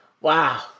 wow